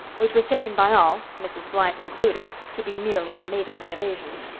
which was taken by all, mrs. blythe included, to be merely a maidenly evasion.